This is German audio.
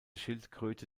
schildkröte